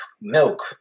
milk